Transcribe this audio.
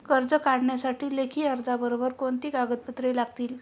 कर्ज करण्यासाठी लेखी अर्जाबरोबर कोणती कागदपत्रे लागतील?